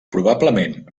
probablement